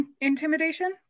intimidation